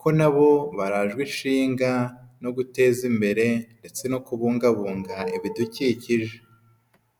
ko nabo barajwe ishinga no guteza imbere ndetse no kubungabunga ibidukikije.